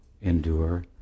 endure